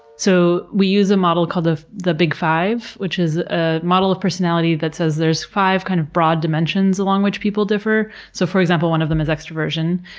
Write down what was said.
so, we use a model called the big five, which is a model of personality that says there's five, kind of, broad dimensions along which people differ. so for example, one of them is extroversion,